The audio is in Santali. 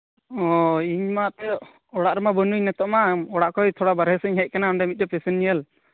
ᱚ ᱤᱧ ᱢᱟᱛᱚ ᱚᱲᱟᱜ ᱨᱮᱢᱟ ᱵᱟᱹᱱᱩᱧ ᱱᱤᱛᱢᱟ ᱚᱲᱟᱜ ᱠᱷᱚᱱ ᱵᱟᱦᱨᱮᱧ ᱦᱮᱡ ᱠᱟᱱᱟ ᱢᱤᱫᱴᱮᱱ ᱯᱮᱥᱮᱱᱴ ᱧᱮᱞ